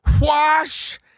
Wash